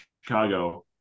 Chicago